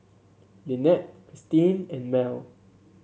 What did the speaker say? Lynette Christine and Mell